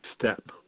step